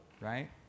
right